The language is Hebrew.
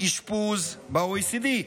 אשפוז ב-OECD?